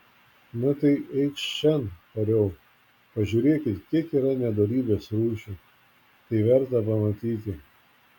na tai eikš šen tariau pažiūrėk kiek yra nedorybės rūšių tai verta pamatyti